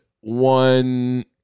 one